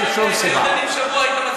אם הייתם דנים שבוע, הייתם מצביעים בעד?